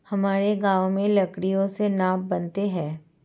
हमारे गांव में लकड़ियों से नाव बनते हैं